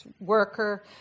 worker